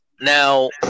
Now